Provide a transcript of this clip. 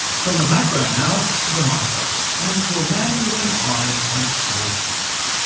from the macro now to the micro, and to a man with an eye on the small things.